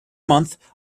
month